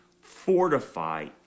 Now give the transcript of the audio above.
fortify